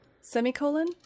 Semicolon